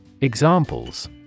Examples